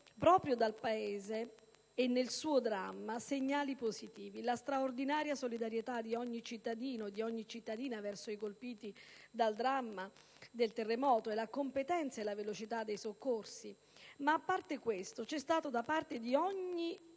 proprio dal Paese e nel suo dramma, segnali positivi con la straordinaria solidarietà di ogni cittadino e cittadina verso i colpiti dal dramma del terremoto e con la competenza e la velocità dei soccorsi. A parte ciò, da ogni